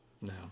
no